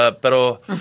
Pero